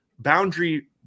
Boundary